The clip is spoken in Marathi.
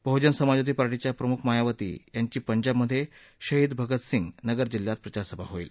बह्जन समाजवादी पार्टीच्या प्रमुख मायावती यांची पंजाब मधे शहीद भगतसिंग नगर जिल्ह्यात प्रचार सभा होईल